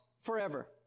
forever